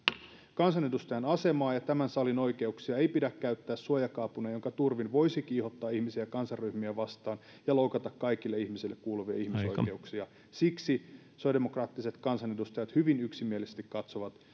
kansanedustajan asemaa ja tämän salin oikeuksia ei pidä käyttää suojakaapuna jonka turvin voisi kiihottaa ihmisiä kansanryhmiä vastaan ja loukata kaikille ihmisille kuuluvia ihmisoikeuksia siksi sosiaalidemokraattiset kansanedustajat hyvin yksimielisesti katsovat